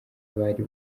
bari